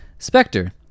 Spectre